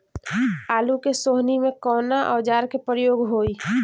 आलू के सोहनी में कवना औजार के प्रयोग होई?